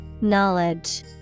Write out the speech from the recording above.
Knowledge